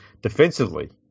defensively